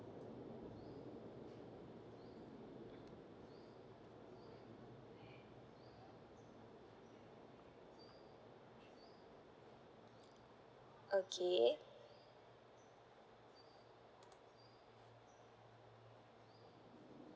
okay